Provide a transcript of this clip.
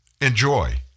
Enjoy